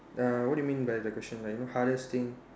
uh what do you mean by the question like you know hardest thing